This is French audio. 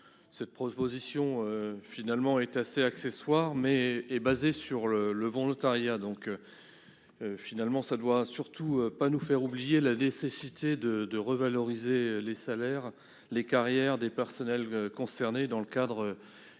Cette proposition de loi est assez accessoire, mais elle est fondée sur le volontariat. Elle ne doit surtout pas nous faire oublier la nécessité de revaloriser les salaires et les carrières du personnel concerné dans le cadre du